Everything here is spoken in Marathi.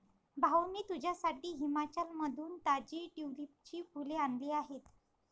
भाऊ, मी तुझ्यासाठी हिमाचलमधून ताजी ट्यूलिपची फुले आणली आहेत